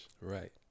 Right